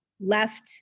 Left